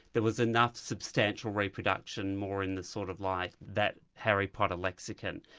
there was enough substantial reproduction more in the sort of like that harry potter lexicon.